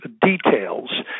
details